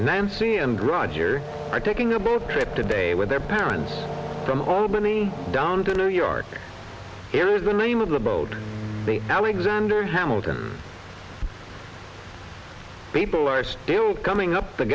nancy and roger are taking a boat trip today with their parents from albany down to new york here is the name of the boat the alexander hamilton people are still coming up the